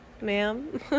ma'am